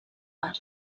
bar